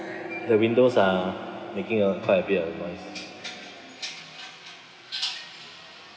the windows are making a quite a bit of noise